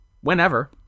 whenever